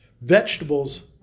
vegetables